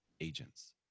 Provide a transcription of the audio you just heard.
agents